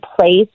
place